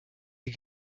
die